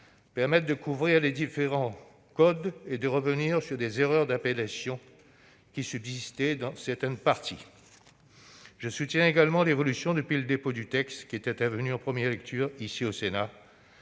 permettent de couvrir les différents codes et de revenir sur des erreurs d'appellation qui subsistaient dans certaines parties de ceux-ci. Je soutiens également l'évolution, depuis le dépôt du texte, intervenue en première lecture, ici au Sénat,